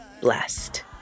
blessed